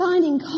Finding